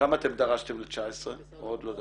כמה אתם דרשתם ל-19' או עוד לא דרשתם?